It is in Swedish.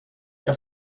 jag